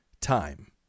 time